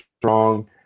strong